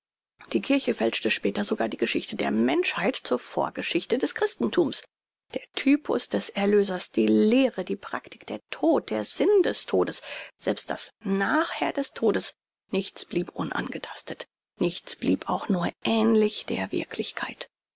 die kirche fälschte später sogar die geschichte der menschheit zur vorgeschichte des christenthums der typus des erlösers die lehre die praktik der tod der sinn des todes selbst das nachher des todes nichts blieb unangetastet nichts blieb auch nur ähnlich der wirklichkeit